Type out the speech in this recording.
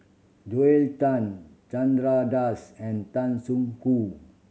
Joel Tan Chandra Das and Tan Soo Khoon